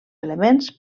elements